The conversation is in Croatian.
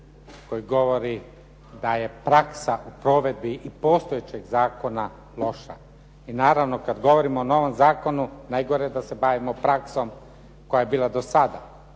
koji govori da je praksa u provedbi i postojećeg zakona loša i naravno kad govorimo o novom zakonu najgore je da se bavimo praksom koja je bila do sada.